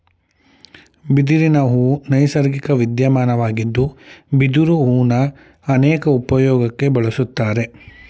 ಬಿದಿರಿನಹೂ ನೈಸರ್ಗಿಕ ವಿದ್ಯಮಾನವಾಗಿದ್ದು ಬಿದಿರು ಹೂನ ಅನೇಕ ಉಪ್ಯೋಗಕ್ಕೆ ಬಳುಸ್ತಾರೆ